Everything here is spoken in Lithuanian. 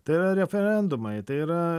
tai yra referendumai tai yra